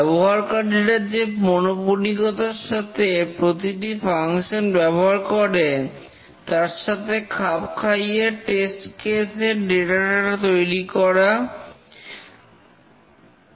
ব্যবহারকারীরা যে পৌনঃপুনিকতার সাথে প্রতিটি ফাংশন ব্যবহার করে তার সাথে খাপ খাইয়ে টেস্ট কেস এর ডেটা টা তৈরি করি আমরা